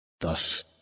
Thus